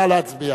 נא להצביע.